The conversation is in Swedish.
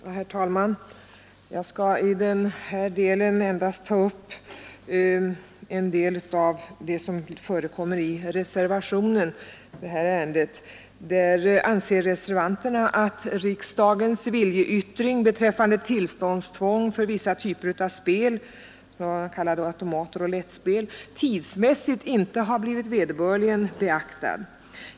Herr talman! Jag skall i denna del endast ta upp något av det som förekommer i den reservation som behandlas. Reservanterna anser att riksdagens viljeyttring beträffande tillståndstvång för vissa typer av spel — vad man kallar automatoch roulettspel — tidsmässigt inte blivit vederbörligen beaktad.